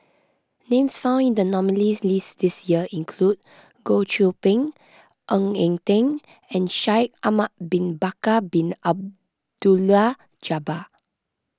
names found in the nominees' list this year include Goh Qiu Bin Ng Eng Teng and Shaikh Ahmad Bin Bakar Bin Abdullah Jabbar